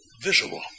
visible